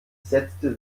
setzte